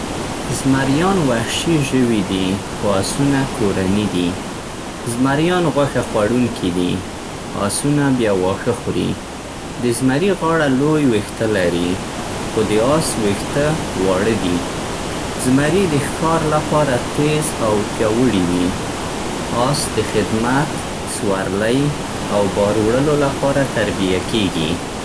زمريان وحشي ژوي دي، خو اسونه کورني دي. زمريان غوښه خوړونکي دي، اسونه بیا واښه خوري. د زمري غاړه لوی وېښته لري، خو د آس وېښته واړه دي. زمري د ښکار لپاره تېز او پیاوړي وي. اس د خدمت، سورلۍ او بار وړلو لپاره تربیه کېږي.